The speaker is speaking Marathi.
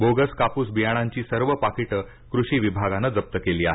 बोगस काप्स बियाणांची सर्व पाकिटं कृषी विभागानं जप्त केली आहेत